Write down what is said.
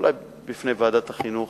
אולי בפני ועדת החינוך,